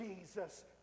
Jesus